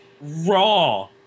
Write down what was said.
raw